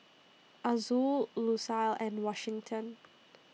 Azul Lucille and Washington